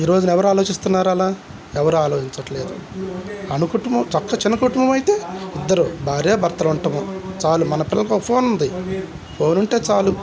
ఈ రోజున ఎవరు ఆలోచిస్తున్నారు అలా ఎవరు ఆలోచించట్లేదు అనుకుటుంబం చక్క చిన్న కుటుంబం అయితే ఇద్దరు భార్య భర్తలు ఉంటాము చాలు మన పిల్లలకు ఫోన్ ఉంది ఫోను ఉంటే చాలు